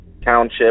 Township